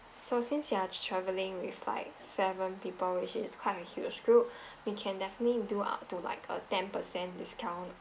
so since you are travelling with like seven people which is quite a huge group we can definitely do up to like a ten percent discount